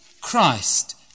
Christ